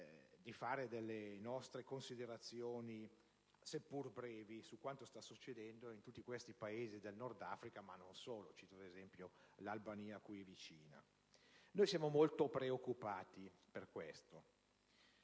di svolgere nostre considerazioni, seppure brevi, su quanto sta succedendo in tutti i Paesi del Nordafrica, e non solo (cito ad esempio l'Albania, a noi vicina). Noi siamo molto preoccupati per tutto